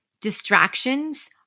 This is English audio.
Distractions